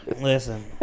Listen